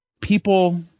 people –